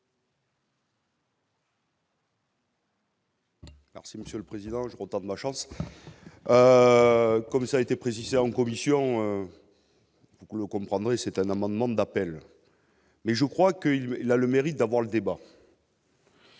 Merci monsieur le Président, je repars de la chance, comme ça été précisées en commission, vous le comprendrez, c'est un amendement d'appel mais je crois que il il a le mérite d'avoir le débat.